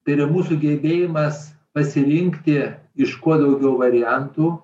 tai yra mūsų gebėjimas pasirinkti iš kuo daugiau variantų